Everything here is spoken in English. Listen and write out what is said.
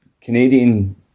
Canadian